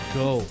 go